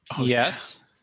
Yes